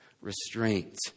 restraint